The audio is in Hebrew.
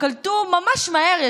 קלטו ממש מהר,